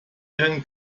ihren